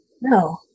No